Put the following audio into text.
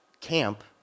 camp